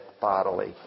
bodily